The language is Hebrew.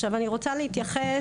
עכשיו אני רוצה להתייחס